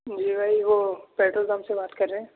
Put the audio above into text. جی بھائی وہ petrol pump سے بات کر رہیں